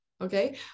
okay